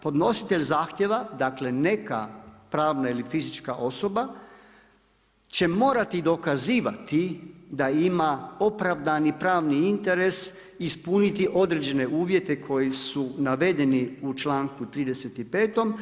Podnositelj zahtjeva dakle, neka pravna ili fizička osoba će morati dokazivati da ima opravdani pravni interes, ispuniti određene uvjete koji su navedeni u članku 35.